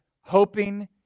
hoping